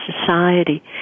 society